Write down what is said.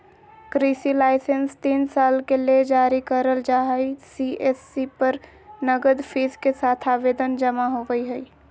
कृषि लाइसेंस तीन साल के ले जारी करल जा हई सी.एस.सी पर नगद फीस के साथ आवेदन जमा होवई हई